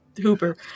Hooper